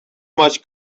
much